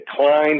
decline